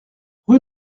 rue